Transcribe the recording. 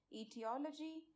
etiology